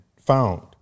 found